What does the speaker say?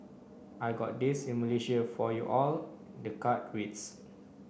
I got this in Malaysia for you all the card reads